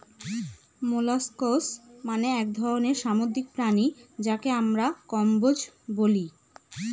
molluscs মানে এক ধরনের সামুদ্রিক প্রাণী যাকে আমরা কম্বোজ বলি